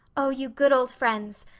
oh, you good old friends,